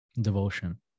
devotion